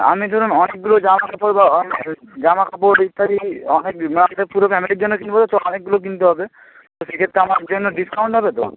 আমি ধরুন অনেকগুলো জামা কাপড় বা অনেক জামা কাপড় ইত্যাদি অনেক পুরো ফ্যামিলির জন্য কিনব তো অনেকগুলো কিনতে হবে তো সেইক্ষেত্রে আমার জন্য ডিসকাউন্ট হবে তো